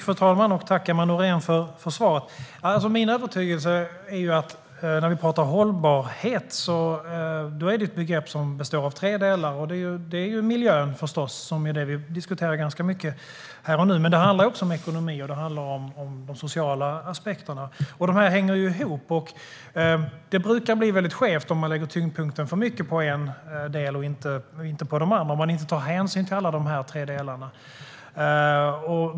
Fru talman! Tack, Emma Nohrén, för svaret! Min övertygelse är att när vi pratar hållbarhet är det ett begrepp som består av tre delar. Det är förstås miljön, som är det vi diskuterar ganska mycket här och nu. Men det handlar också om ekonomin och om de sociala aspekterna. De hänger ihop, och det brukar bli skevt om man lägger tyngdpunkten för mycket på en del och inte på de andra - om man inte tar hänsyn till alla tre delar.